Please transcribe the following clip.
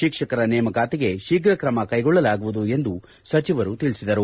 ಶಿಕ್ಷಕರ ನೇಮಕಾತಿಗೆ ಶೀಫ್ರ ತ್ರಮ ತೆಗೆದುಕೊಳ್ಳಲಾಗುವುದು ಎಂದು ಸಚಿವರು ತಿಳಿಸಿದರು